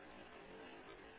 பிரதாப் ஹரிதாஸ் சரி பெரியது